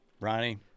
Ronnie